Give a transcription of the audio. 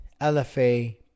LFA